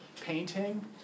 painting